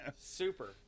Super